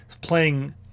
playing